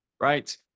right